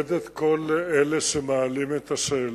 מכבד את כל אלה שמעלים את השאלה,